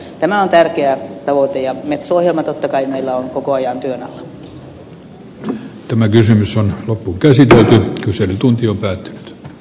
tämä on tärkeä tavoite ja metso ohjelma totta kai meillä on koko ajan työn alla